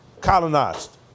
colonized